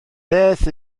beth